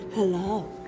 Hello